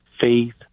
Faith